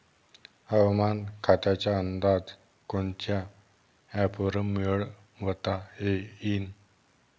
हवामान खात्याचा अंदाज कोनच्या ॲपवरुन मिळवता येईन?